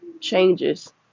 changes